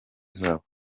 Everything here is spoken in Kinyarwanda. zabo